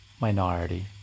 minority